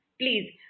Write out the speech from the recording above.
please